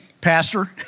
pastor